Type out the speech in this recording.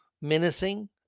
menacing